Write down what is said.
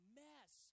mess